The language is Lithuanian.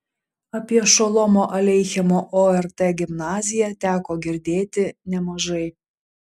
apie šolomo aleichemo ort gimnaziją teko girdėti nemažai